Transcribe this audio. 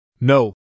No